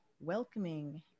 welcoming